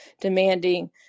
demanding